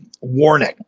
warning